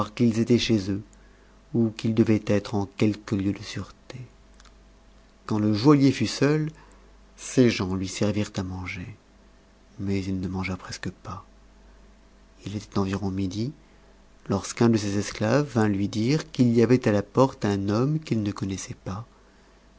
qu'it étaient chez eux ou qu'ils devaient être en quelque lieu de sûreté quand le joaillier lut seul ses gens lui servirent à manger mais il ne mangea presque pas i était environ midi lorsqu'un de ses esclaves vin lui dire qu'il y avait à la porte un homme qu'il ne connaissait pas